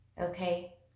Okay